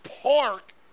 park